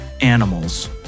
animals